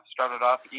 started-off